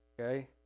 okay